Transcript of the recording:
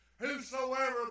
Whosoever